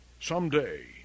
someday